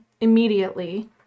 immediately